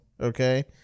okay